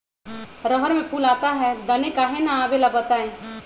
रहर मे फूल आता हैं दने काहे न आबेले बताई?